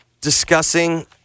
discussing